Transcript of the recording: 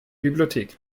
bibliothek